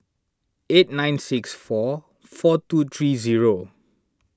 eight nine six four four two three zero